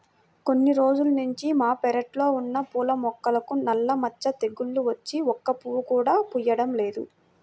కొన్ని రోజుల్నుంచి మా పెరడ్లో ఉన్న పూల మొక్కలకు నల్ల మచ్చ తెగులు వచ్చి ఒక్క పువ్వు కూడా పుయ్యడం లేదు